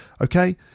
Okay